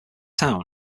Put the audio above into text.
town